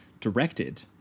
directed